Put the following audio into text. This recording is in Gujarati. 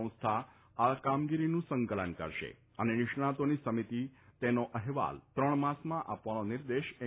સંસ્થા આ કામગીરીનું સંકલન કરશે અને નિષ્ણાંતોની સમિતીને તેમનો અહેવાલ ત્રણ માસમાં આપવાનો નિર્દેશ એન